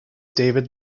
david